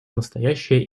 настоящее